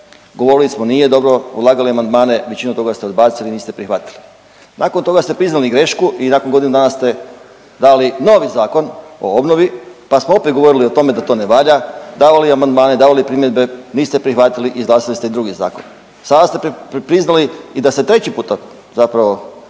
govorili smo nije dobro, ulagali amandmane, većinu toga ste odbacili, niste prihvatili. Nakon toga ste priznali grešku i nakon godinu dana ste dali novi Zakon o obnovi, pa smo opet govorili o tome da to ne valja, davali amandmane, davali primjedbe, niste prihvatili i izglasali ste druge zakone. Sada ste priznali i da se treći puta zapravo